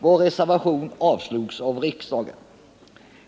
Vår reservation avslogs av riksdagen.